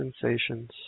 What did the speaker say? sensations